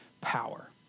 power